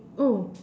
oh